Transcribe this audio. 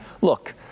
look